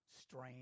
Strain